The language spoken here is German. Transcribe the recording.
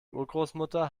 urgroßmutter